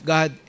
God